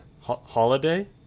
Holiday